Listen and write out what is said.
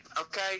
okay